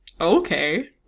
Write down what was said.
Okay